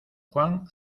juan